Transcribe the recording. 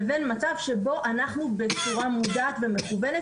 לבין מצב שבו אנחנו בצורה מודעת ומכוונת